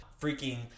freaking